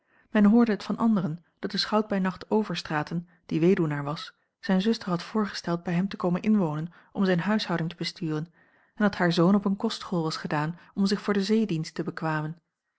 omweg hoorde het van anderen dat de schout bij nacht overstraten die weduwnaar was zijne zuster had voorgesteld bij hem te komen inwonen om zijne huishouding te besturen en dat haar zoon op eene kostschool was gedaan om zich voor den zeedienst te bekwamen